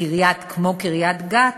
כמו קריית-גת